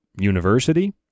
university